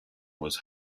was